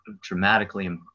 dramatically